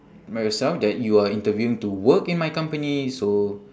remind yourself that you are interviewing to work in my company so